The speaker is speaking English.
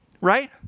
right